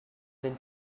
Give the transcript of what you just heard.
than